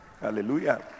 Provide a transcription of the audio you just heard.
Hallelujah